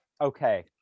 Okay